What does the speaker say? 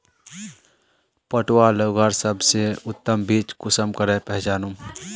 पटुआ लगवार सबसे उत्तम बीज कुंसम करे पहचानूम?